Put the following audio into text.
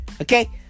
Okay